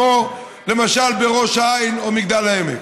כמו למשל בראש העין או מגדל העין,